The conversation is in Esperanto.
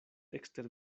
ekster